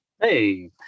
Hey